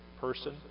person